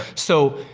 so,